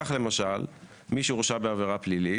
כך למשל מי שהורשע בעבירה פלילית